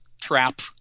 trap